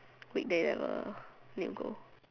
weekday never need to go